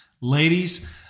Ladies